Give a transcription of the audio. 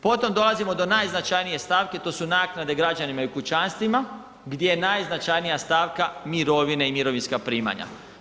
Potom dolazimo do najznačajnije stavke, to su naknade građanima i kućanstvima gdje je najznačajnija stavka mirovine i mirovinska primanja.